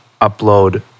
upload